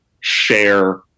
share